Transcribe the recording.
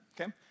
okay